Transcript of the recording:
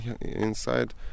inside